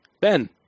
Ben